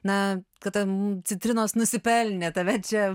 na kad ten citrinos nusipelnė tave čia